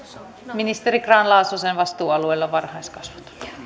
ministeri grahn laasosen vastuualueella on varhaiskasvatus